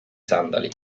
sandali